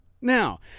Now